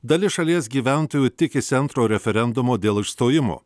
dalis šalies gyventojų tikisi antro referendumo dėl išstojimo